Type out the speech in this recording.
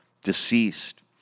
deceased